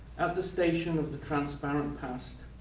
at the station of the transparent past,